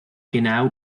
genau